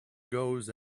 goes